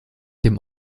dem